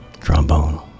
trombone